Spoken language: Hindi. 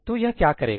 तो यह क्या करेगा